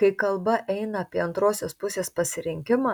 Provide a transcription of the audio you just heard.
kai kalba eina apie antrosios pusės pasirinkimą